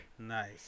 Nice